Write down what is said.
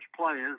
players